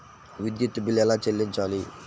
విద్యుత్ బిల్ ఎలా చెల్లించాలి?